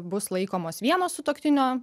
bus laikomos vieno sutuoktinio